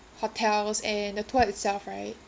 hotels and the tour itself right